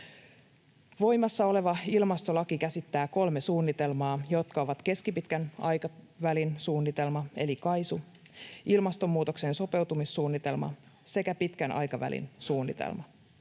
Voimassa oleva ilmastolaki käsittää kolme suunnitelmaa, jotka ovat keskipitkän aikavälin suunnitelma eli KAISU, ilmastonmuutokseen sopeutumissuunnitelma sekä pitkän aikavälin suunnitelma.